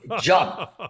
Jump